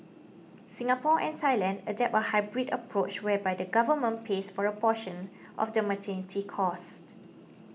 Singapore and Thailand adopt a hybrid approach whereby the government pays for a portion of the maternity costs